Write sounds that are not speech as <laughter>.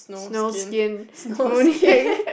snow skin mooncake <laughs>